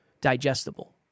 digestible